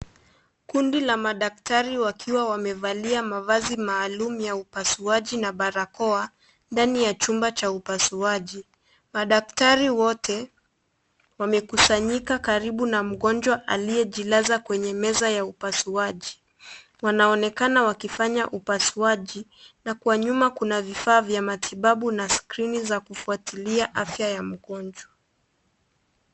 Kundi la madaktari wakiwa wamevalia mavazi maalum ya upasuaji na barakoa, ndani ya chumba cha upasuaji, madaktari wote, wamekusanyika karibu na mgonjwa aliye jilaza kwenye meza ya upasuaji, wanaonekana wakifanya upasuaji, na kwa nyuma kuna vifaa vya matibabau na skrini za kufuatilia afya ya mgonjwa.